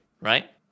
right